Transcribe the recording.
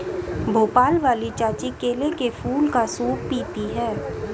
भोपाल वाली चाची केले के फूल का सूप पीती हैं